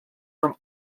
from